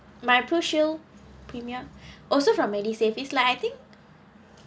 my pro shield premier also from medisave is like I think